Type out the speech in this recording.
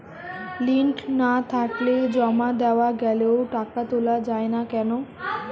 Link না থাকলে জমা দেওয়া গেলেও টাকা তোলা য়ায় না কেন?